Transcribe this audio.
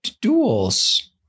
duels